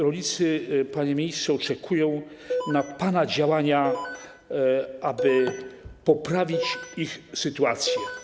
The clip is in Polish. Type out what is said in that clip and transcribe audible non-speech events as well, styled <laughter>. Rolnicy, panie ministrze, oczekują <noise> na pana działania, aby poprawić ich sytuację.